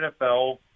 NFL